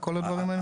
לכל הדברים האלה?